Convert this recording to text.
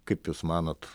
kaip jūs manot